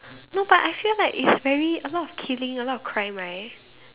no but I feel like it's very a lot of killing a lot of crime right